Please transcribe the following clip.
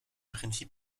prinzip